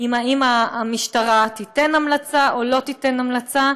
באם המשטרה תיתן המלצה או לא תיתן המלצה,